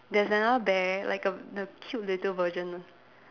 there's another bear like a the cute little version